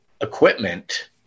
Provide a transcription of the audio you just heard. equipment